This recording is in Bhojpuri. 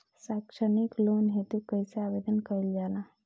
सैक्षणिक लोन हेतु कइसे आवेदन कइल जाला?